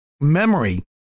memory